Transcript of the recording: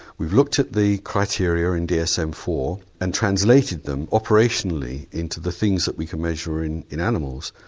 we looked at the criteria in d s m four and translated them operationally into the things that we can measure in in animals.